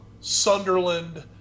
Sunderland